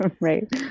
Right